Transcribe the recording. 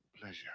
pleasure